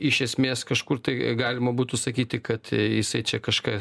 iš esmės kažkur tai galima būtų sakyti kad jisai čia kažką